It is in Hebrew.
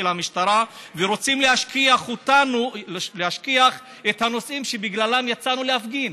המשטרה ורוצים להשכיח את הנושאים שבגללם יצאנו להפגין.